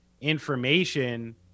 information